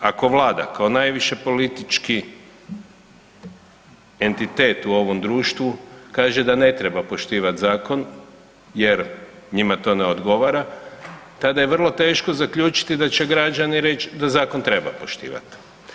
Ako vlada kao najviši politički entitet u ovom društvu kaže da ne treba poštivat zakon jer njima to ne odgovora, tada je vrlo teško zaključiti da će građani reć da zakon treba poštivat.